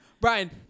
Brian